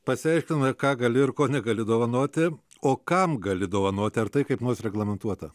pasveikina ką gali ir ko negali dovanoti o kam gali dovanoti ar tai kaip nors reglamentuota